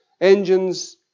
engines